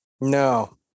no